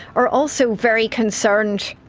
are also very concerned.